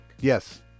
Yes